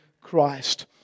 Christ